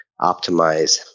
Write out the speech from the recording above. optimize